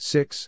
Six